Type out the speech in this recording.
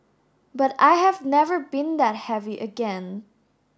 but I have never been that heavy again